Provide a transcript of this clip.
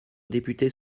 députés